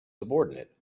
subordinate